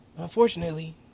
Unfortunately